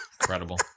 Incredible